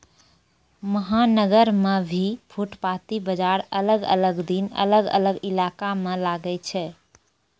महानगर मॅ भी फुटपाती बाजार अलग अलग दिन अलग अलग इलाका मॅ लागै छै